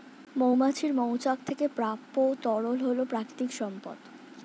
মৌমাছির মৌচাক থেকে প্রাপ্ত তরল হল প্রাকৃতিক সম্পদ